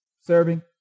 serving